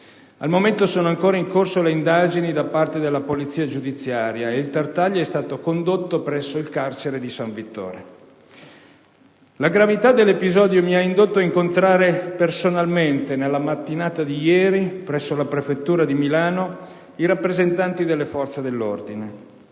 Al momento sono ancora in corso le indagini da parte della polizia giudiziaria e il Tartaglia è stato condotto presso il carcere di San Vittore. La gravità dell'episodio mi ha indotto a incontrare personalmente nella mattinata di ieri, presso la prefettura di Milano, i rappresentanti delle forze dell'ordine.